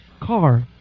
Car